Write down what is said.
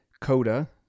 Coda